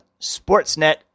Sportsnet